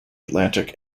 atlantic